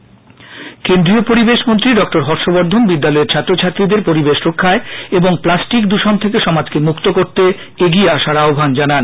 plastic দূষণ কেন্দ্রীয় পরিবেশমন্ত্রী ডক্টর হর্ষবর্ধন বিদ্যালয়ের ছাত্রছাত্রীদের পরিবেশ রক্ষায় এবং প্লাস্টিক দৃষণ থেকে সমাজকে মুক্ত করতে এগিয়ে আসার আহ্ণান জানান